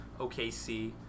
OKC